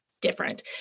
different